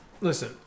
Listen